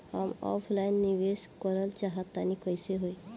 हम ऑफलाइन निवेस करलऽ चाह तनि कइसे होई?